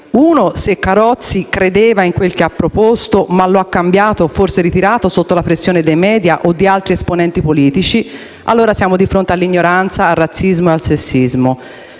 se Carozzi credeva in quel che ha proposto, ma che ha poi cambiato o forse ritirato sotto la pressione dei *media* o di altri esponenti politici, allora siamo di fronte all'ignoranza, al razzismo e al sessismo.